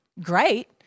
great